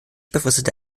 befristete